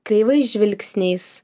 kreivais žvilgsniais